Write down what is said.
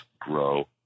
grow